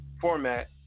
format